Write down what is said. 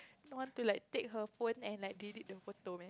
want to like take her phone and like delete the photo man